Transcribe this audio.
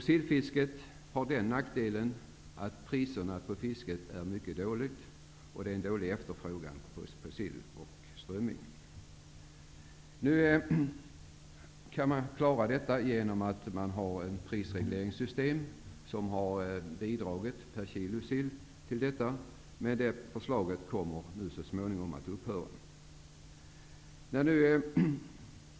Sillfisket har nackdelen att priserna för fisket är mycket låga, och efterfrågan på sill och strömming är mycket dålig. Nu kan man klara detta genom det prisregleringssystem som vi har med bidrag per kilo sill, men det kommer nu att upphöra.